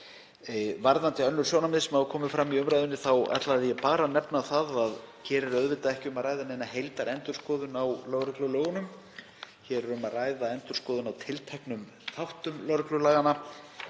Varðandi önnur sjónarmið sem hafa komið fram í umræðunni ætlaði ég bara að nefna að hér er auðvitað ekki um að ræða neina heildarendurskoðun á lögreglulögunum. Hér er um að ræða endurskoðun á tilteknum þáttum lögreglulaganna.